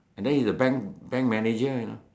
and then he's a bank bank manager you know